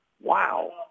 wow